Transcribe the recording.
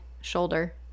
Shoulder